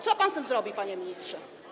Co pan z tym zrobi, panie ministrze?